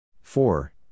four